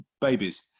babies